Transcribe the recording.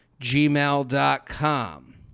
gmail.com